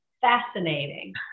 fascinating